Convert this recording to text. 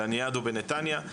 לניאדו בנתניה,